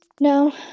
No